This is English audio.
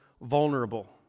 vulnerable